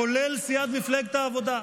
כולל סיעת מפלגת העבודה?